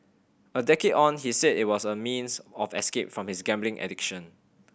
a decade on he said it was a means of escape from his gambling addiction